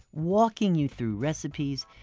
walking you through recipes,